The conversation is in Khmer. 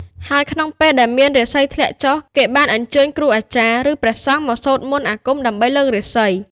ហើយក្នុងពេលដែលមានរាសីធ្លាក់ចុះ គេបានអញ្ជើញគ្រូអាចារ្យ ឬព្រះសង្ឃ មកសូត្រមន្តអាគមដើម្បីលើករាសី។